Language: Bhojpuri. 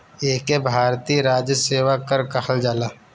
एके भारतीय राजस्व सेवा कर कहल जाला